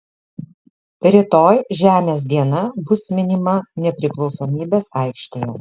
rytoj žemės diena bus minima nepriklausomybės aikštėje